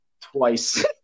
Twice